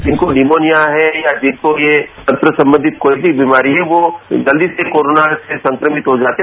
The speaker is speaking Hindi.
जिनको निमोनिया है या जिनको ये सांस से संबंधित कोई मी बीमारी है ये जल्दील से कोरोना संक्रमित हो जाते हैं